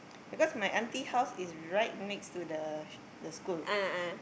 because my auntie house is right next to the the school